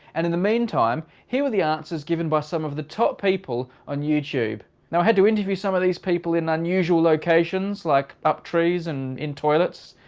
and in the meantime, here are the answers given by some of the top people on youtube. now, i had to interview some of these people in unusual locations, like up trees and in toilets.